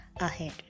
ahead